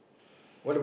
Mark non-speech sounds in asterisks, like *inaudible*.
*breath*